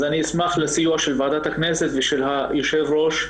אני אשמח לסיוע של ועדת הכנסת ושל הוועדה